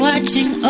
Watching